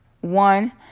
one